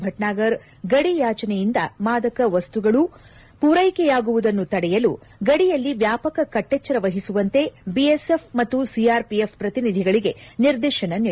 ಭಟ್ನಾಗರ್ ಗಡಿಯಾಚೆಯಿಂದ ಮಾದಕ ವಸ್ತುಗಳು ಪೂರೈಕೆಯಾಗುವುದನ್ನು ತಡೆಯಲು ಗಡಿಯಲ್ಲಿ ವ್ಯಾಪಕ ಕಟ್ಟೆಚ್ಚರ ವಹಿಸುವಂತೆ ಬಿಎಸ್ಎಫ್ ಮತ್ತು ಸಿಆರ್ಪಿಎಫ್ ಪ್ರತಿನಿಧಿಗಳಿಗೆ ನಿರ್ದೇಶನ ನೀಡಿದ್ದಾರೆ